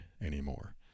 anymore